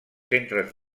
centres